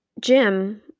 Jim